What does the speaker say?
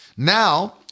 Now